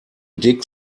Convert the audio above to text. dig